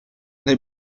daj